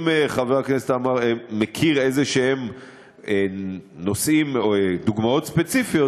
אם חבר הכנסת עמאר מכיר נושאים ודוגמאות ספציפיות,